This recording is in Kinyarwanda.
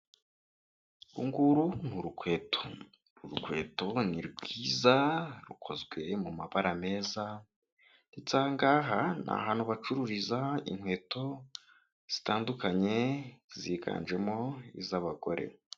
Urunguru ni urukweto, urukweto ni rwiza, rukozwe mabara meza ndetse ahangaha ni ahantu bacururiza inkweto zitandukanye ziganjemo iz'abagore.